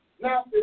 Now